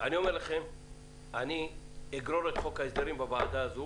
אני אגרור את חוק ההסדרים בוועדה הזאת